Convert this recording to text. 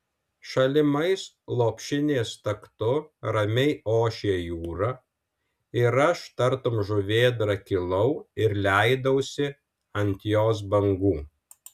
šalimais lopšinės taktu ramiai ošė jūra ir aš tartum žuvėdra kilau ir leidausi ant jos bangų